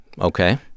Okay